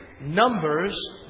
Numbers